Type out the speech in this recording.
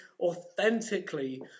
authentically